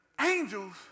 angels